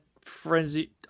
frenzy